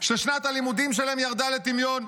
ששנת הלימודים שלהם ירדה לטמיון?